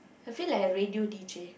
I feel like a radio D_J